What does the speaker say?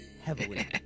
heavily